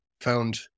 found